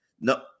no